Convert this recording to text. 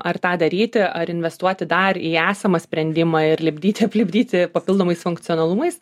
ar tą daryti ar investuoti dar į esamą sprendimą ir lipdyti aplipdyti papildomais funkcionalumais